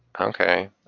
Okay